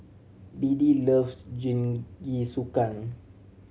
Beadie loves Jingisukan